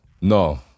No